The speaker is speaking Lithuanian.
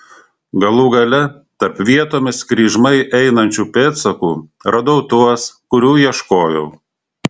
galų gale tarp vietomis kryžmai einančių pėdsakų radau tuos kurių ieškojau